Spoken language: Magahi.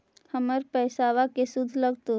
हमर पैसाबा के शुद्ध लगतै?